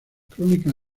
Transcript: crónicas